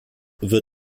wird